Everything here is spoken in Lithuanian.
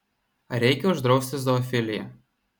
ar reikia uždrausti zoofiliją